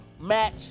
match